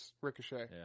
Ricochet